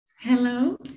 Hello